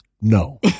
No